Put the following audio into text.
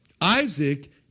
Isaac